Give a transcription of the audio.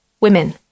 women